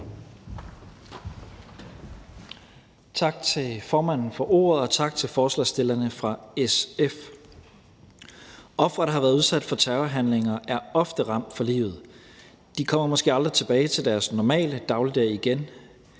Tak til formanden for ordet, og tak til forslagsstillerne fra SF. Ofre, der har været udsat for terrorhandlinger, er ofte ramt for livet, og de kommer måske aldrig tilbage til deres normale dagligdag igen,